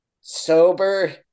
sober